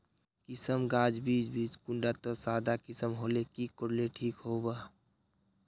किसम गाज बीज बीज कुंडा त सादा किसम होले की कोर ले ठीक होबा?